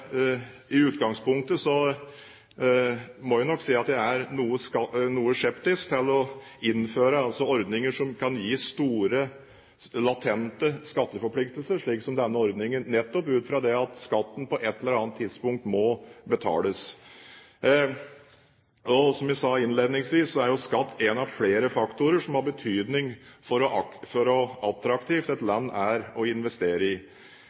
I utgangspunktet må jeg nok si at jeg er noe skeptisk til å innføre ordninger som kan gi store, latente skatteforpliktelser, slik som denne ordningen, nettopp ut fra at skatten på et eller annet tidspunkt må betales. Som jeg sa innledningsvis, er jo skatt én av flere faktorer som har betydning for hvor attraktivt et land er å investere i.